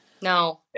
no